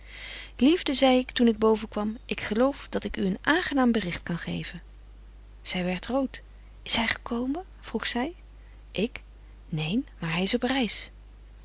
liefde zei ik toen ik boven kwam ik geloof dat ik u een aangenaam bericht kan geven zy werdt root is hy gekomen vroeg zy ik neen maaar hy is op reis